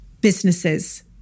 businesses